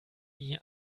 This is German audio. die